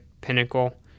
pinnacle